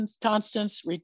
constants